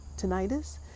tinnitus